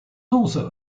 also